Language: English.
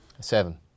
Seven